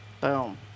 Boom